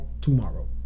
tomorrow